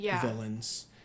villains